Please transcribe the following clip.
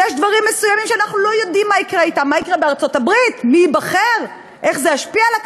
יש דברים מסוימים שאנחנו לא יודעים מה יקרה בהם: מה יקרה בארצות-הברית,